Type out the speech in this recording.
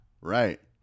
right